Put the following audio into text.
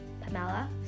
Pamela